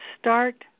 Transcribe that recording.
Start